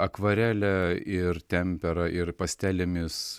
akvarele ir tempera ir pastelėmis